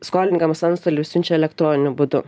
skolininkams antstoliui siunčia elektroniniu būdu